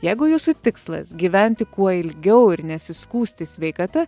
jeigu jūsų tikslas gyventi kuo ilgiau ir nesiskųsti sveikata